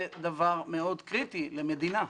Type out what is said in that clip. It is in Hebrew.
זה דבר מאוד קריטי למדינה.